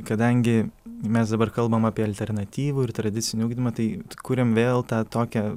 kadangi mes dabar kalbam apie alternatyvų ir tradicinį ugdymą tai kuriam vėl tą tokią